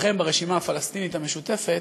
אצלכם ברשימה הפלסטינית המשותפת,